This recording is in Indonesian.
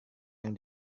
yang